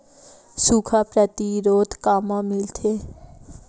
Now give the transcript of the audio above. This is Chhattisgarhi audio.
सुखा प्रतिरोध कामा मिलथे?